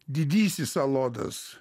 didysis alodas